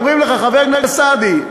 אומרים לך: חבר הכנסת סעדי,